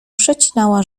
przecinała